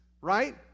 right